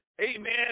amen